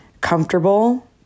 comfortable